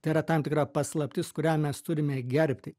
tai yra tam tikra paslaptis kurią mes turime gerbti